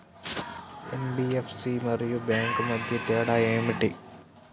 NBFC మరియు bank మధ్య తేడా ఏమిటి?